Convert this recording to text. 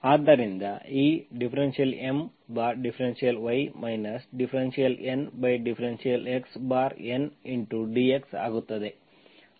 ಆದ್ದರಿಂದ ಈ ∂M∂y ∂N∂x N dx ಆಗುತ್ತದೆ